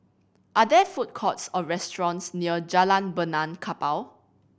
are there food courts or restaurants near Jalan Benaan Kapal